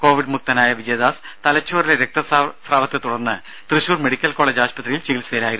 Covid മുക്തനായ വിജയദാസ് തലച്ചോറിലെ രക്ത സ്രാവത്തെ തുടർന്ന് ത്വശൂർ മെഡിക്കൽ കോളജ് ആശുപത്രിയിൽ ചികിത്സയിലായിരുന്നു